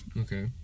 Okay